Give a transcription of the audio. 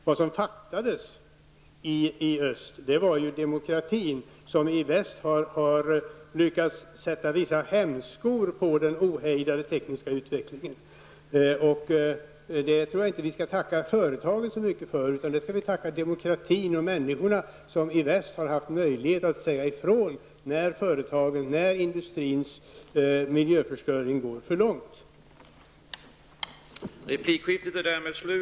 Vad som fattades i öst var den demokrati i väst som lyckades sätta viss hämsko på den ohejdade tekniska utvecklingen. Det tror jag inte att vi skall tacka företagen så mycket för, utan det skall vi tacka människorna och demokratierna i väst för. De har haft möjlighet att säga ifrån när företagens och industrins miljöförstöring har gått för långt. Cars anhållit att till protokollet få antecknat att de inte ägde rätt till ytterligare repliker.